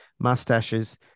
mustaches